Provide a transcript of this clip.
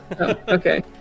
okay